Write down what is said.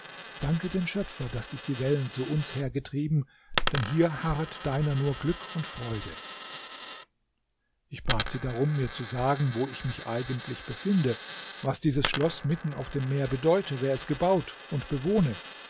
danke dem schöpfer daß dich die wellen zu uns hergetrieben denn hier harret deiner nur glück und freude ich bat sie dann mir zu sagen wo ich mich eigentlich befinde was dieses schloß mitten auf dem meer bedeute wer es gebaut und bewohne